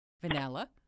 vanilla